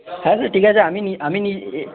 হ্যাঁ স্যার ঠিক আছে আমি আমি